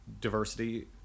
diversity